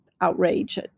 outrage